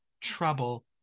trouble